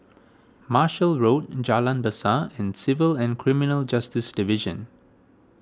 Marshall Road Jalan Besar and Civil and Criminal Justice Division